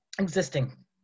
existing